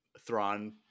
Thrawn